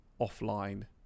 offline